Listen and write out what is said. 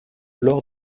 laure